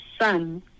son